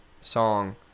song